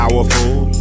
Powerful